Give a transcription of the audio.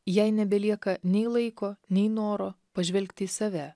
jai nebelieka nei laiko nei noro pažvelgti į save